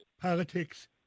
politics